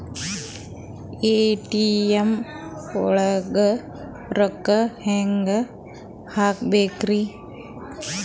ATM ಒಳಗ್ ರೊಕ್ಕ ಹೆಂಗ್ ಹ್ಹಾಕ್ಬೇಕ್ರಿ?